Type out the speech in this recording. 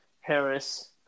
Harris